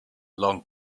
long